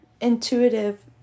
intuitive